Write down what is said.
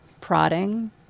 prodding